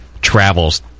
travels